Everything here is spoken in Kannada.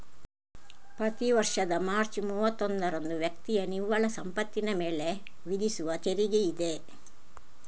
ಪ್ರತಿ ವರ್ಷದ ಮಾರ್ಚ್ ಮೂವತ್ತೊಂದರಂದು ವ್ಯಕ್ತಿಯ ನಿವ್ವಳ ಸಂಪತ್ತಿನ ಮೇಲೆ ವಿಧಿಸುವ ತೆರಿಗೆಯಿದೆ